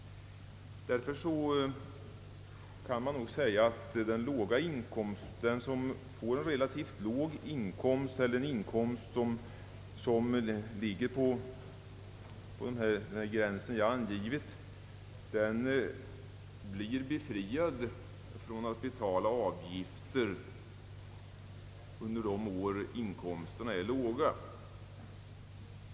Därför kan man säga att den som får en relativt låg inkomst eller en inkomst som ligger vid den gräns jag angivit, blir befriad från att betala avgifter under de år inkomsterna är låga.